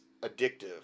addictive